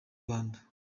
rwanda